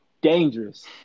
dangerous